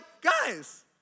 guys